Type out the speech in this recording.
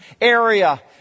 area